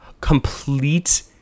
complete